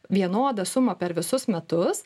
vienodą sumą per visus metus